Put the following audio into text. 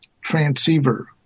transceiver